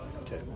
Okay